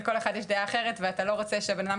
לכל אחד יש דעה אחרת ואתה לא רוצה שהבן אדם